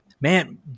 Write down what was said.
man